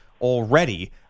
already